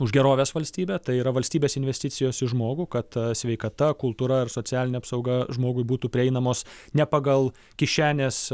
už gerovės valstybę tai yra valstybės investicijos į žmogų kad sveikata kultūra ir socialinė apsauga žmogui būtų prieinamos ne pagal kišenės